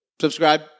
subscribe